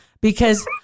because-